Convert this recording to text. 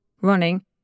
running